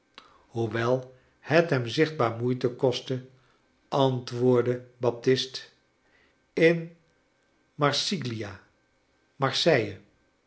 hoewel het hem zichtbaar moeite kostte antwoordde baptist in marsiglia